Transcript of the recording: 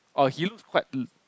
he looks quite